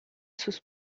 sus